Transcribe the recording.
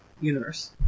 universe